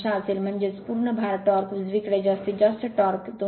6 असेल म्हणजेच पूर्ण भार टॉर्क उजवीकडे जास्तीत जास्त टॉर्क 2